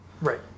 Right